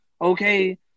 okay